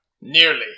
Nearly